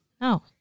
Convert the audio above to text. No